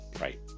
Right